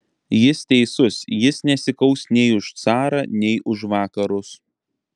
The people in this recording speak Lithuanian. jis teisus jis nesikaus nei už carą nei už vakarus